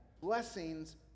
blessings